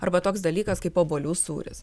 arba toks dalykas kaip obuolių sūris